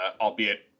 albeit